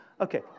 Okay